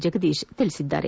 ಜಗದೀಶ್ ತಿಳಿಸಿದ್ದಾರೆ